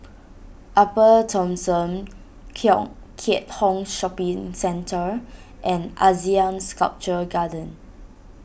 Upper Thomson Kong Keat Hong Shopping Centre and Asean Sculpture Garden